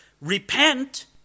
repent